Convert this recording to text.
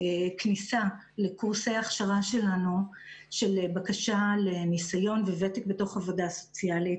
כניסה לקורסי הכשרה שלנו של בקשה לניסיון וותק בתוך עבודה סוציאלית,